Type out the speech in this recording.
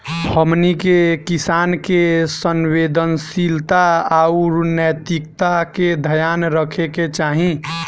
हमनी के किसान के संवेदनशीलता आउर नैतिकता के ध्यान रखे के चाही